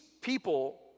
people